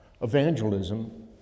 Evangelism